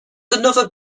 another